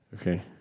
Okay